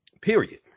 period